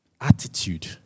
Attitude